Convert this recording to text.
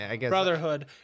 Brotherhood